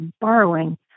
borrowing